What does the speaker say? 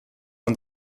und